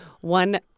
one